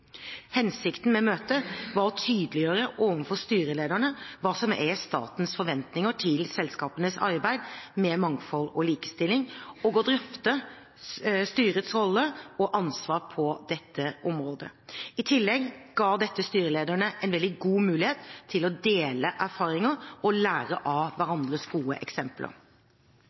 Hensikten med møtet var å tydeliggjøre overfor styrelederne hva som er statens forventninger til selskapenes arbeid med mangfold og likestilling, og å drøfte styrets rolle og ansvar på dette området. I tillegg ga dette styrelederne en veldig god mulighet til å dele erfaringer og lære av hverandres gode eksempler.